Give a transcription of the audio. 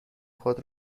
خود